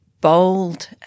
bold